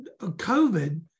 COVID